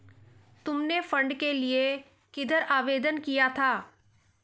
तुमने फंड के लिए किधर आवेदन किया था?